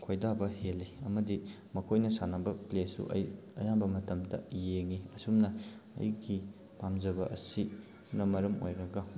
ꯈꯣꯏꯗꯥꯕ ꯍꯦꯜꯂꯤ ꯑꯃꯗꯤ ꯃꯈꯣꯏꯅ ꯁꯥꯟꯅꯕ ꯄ꯭ꯂꯦꯁꯨ ꯑꯩ ꯑꯌꯥꯝꯕ ꯃꯇꯝꯗ ꯌꯦꯡꯏ ꯑꯁꯨꯝꯅ ꯑꯩꯒꯤ ꯄꯥꯝꯖꯕ ꯑꯁꯤꯅ ꯃꯔꯝ ꯑꯣꯏꯔꯒ